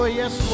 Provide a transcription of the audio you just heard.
yes